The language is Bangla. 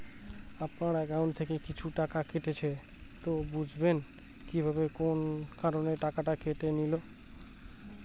আপনার একাউন্ট থেকে কিছু টাকা কেটেছে তো বুঝবেন কিভাবে কোন কারণে টাকাটা কেটে নিল?